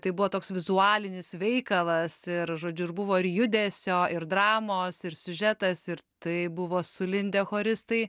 tai buvo toks vizualinis veikalas ir žodžiu ir buvo ir judesio ir dramos ir siužetas ir tai buvo sulindę choristai